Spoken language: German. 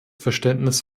verständnis